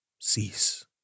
cease